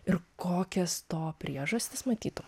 ir kokias to priežastis matytum